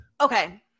Okay